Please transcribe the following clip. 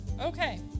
Okay